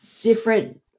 different